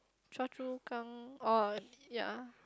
Choa Chu Kang orh ya